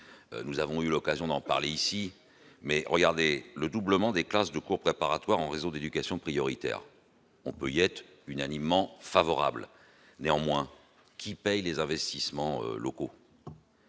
nous avons eu l'occasion d'en parler ici, mais regardez le doublement des classes de cours préparatoires en réseau d'éducation prioritaire, on peut lui être unanimement favorable, néanmoins qui payent des investissements locaux.